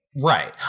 Right